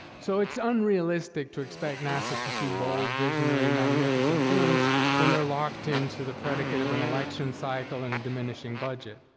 so, it's unrealistic to expect nasa to do bold, visionary, magnificent things when they're locked in to the predicate of an election cycle and a diminishing budget.